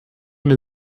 mir